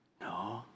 no